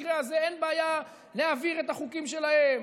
במקרה הזה אין בעיה להעביר את החוקים שלהם,